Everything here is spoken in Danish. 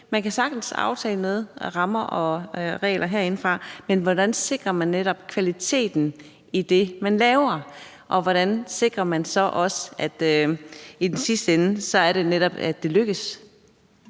man kan sagtens aftale noget om rammer og regler herinde, men hvordan sikrer man netop kvaliteten i det, man laver, og hvordan sikrer man så også, at det i den sidste ende lykkes.